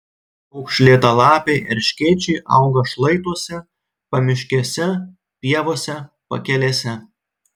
raukšlėtalapiai erškėčiai auga šlaituose pamiškėse pievose pakelėse